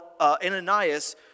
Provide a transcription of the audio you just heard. Ananias